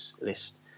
list